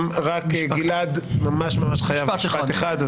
גלעד ממש-ממש חייב משפט אחד,